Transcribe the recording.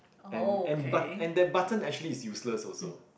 and and but and that button actually is useless also